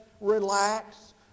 relax